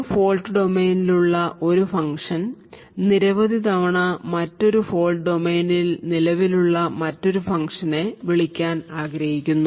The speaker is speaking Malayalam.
ഒരു ഫോൾട്ട് ഡൊമെയ്നിലുള്ള ഒരു ഫംഗ്ഷൻ നിരവധി തവണ മറ്റൊരു ഫോൾട്ട് ഡൊമെയ്നിൽ നിലവിലുള്ള മറ്റൊരു ഫംഗ്ഷനെ വിളിക്കാൻ ആഗ്രഹിക്കുന്നു